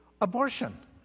Abortion